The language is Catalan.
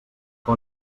què